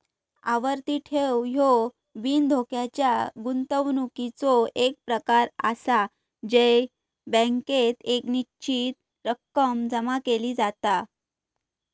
आवर्ती ठेव ह्यो बिनधोक्याच्या गुंतवणुकीचो एक प्रकार आसा जय बँकेत एक निश्चित रक्कम जमा केली जाता